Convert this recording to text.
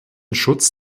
schutz